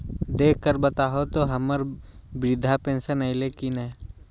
देख कर बताहो तो, हम्मर बृद्धा पेंसन आयले है की नय?